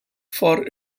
for